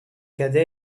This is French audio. cadet